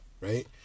right